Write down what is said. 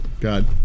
god